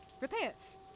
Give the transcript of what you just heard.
Repairs